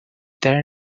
their